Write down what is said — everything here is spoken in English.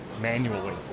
manually